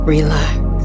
Relax